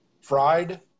Fried